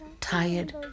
tired